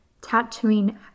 tattooing